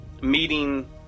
Meeting